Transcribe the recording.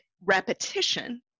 repetition